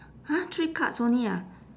!huh! three cards only ah